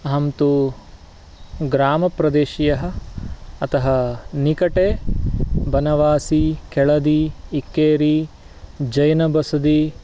अहं तु ग्रामप्रदेशीयः अतः निकटे वनवासि केळदि इक्केरि जैनबसदि